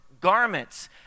Garments